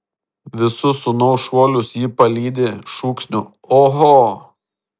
visus sūnaus šuolius ji palydi šūksniu oho